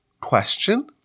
question